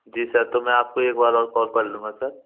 जी sir तब मैं आपको एक बार और कॉल कर लूँगा सर